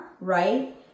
Right